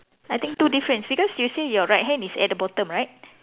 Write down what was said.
I think two difference because you say your right hand is at the bottom right